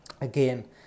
again